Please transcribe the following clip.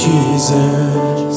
Jesus